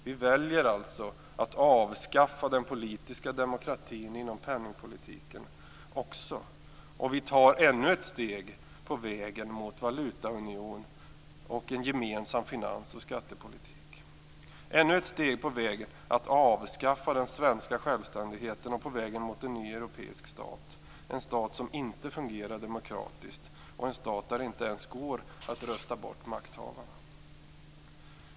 Vi väljer alltså att avskaffa den politiska demokratin också inom penningpolitiken, och vi tar ännu ett steg på vägen mot en valutaunion och en gemensam finans och skattepolitik - ännu ett steg på vägen mot ett avskaffande av den svenska självständigheten och mot en ny europeisk stat, en stat som inte fungerar demokratiskt och en stat där det inte ens går att rösta bort makthavarna.